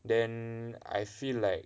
then I feel like